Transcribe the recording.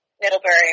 Middlebury